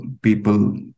people